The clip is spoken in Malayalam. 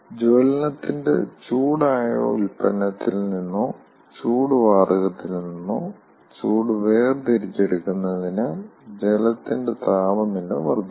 ജ്വലനത്തിന്റെ ചൂടായ ഉൽപന്നത്തിൽ നിന്നോ ചൂട് വാതകത്തിൽ നിന്നോ ചൂട് വേർതിരിച്ചെടുക്കുന്നതിനാൽ ജലത്തിന്റെ താപനില വർദ്ധിക്കും